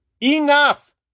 Enough